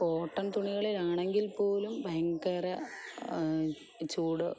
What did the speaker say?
cotton തുണികളിലാണെങ്കിൽ പോലും ഭയങ്കര ചൂട്